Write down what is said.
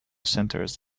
centres